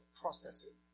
processing